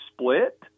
split